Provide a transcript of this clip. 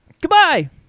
Goodbye